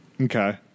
Okay